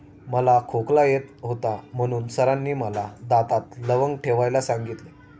मला खोकला येत होता म्हणून सरांनी मला दातात लवंग ठेवायला सांगितले